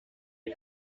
die